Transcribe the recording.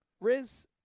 Riz